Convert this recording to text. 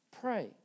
Pray